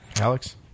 Alex